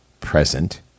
present